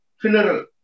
funeral